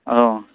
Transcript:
औ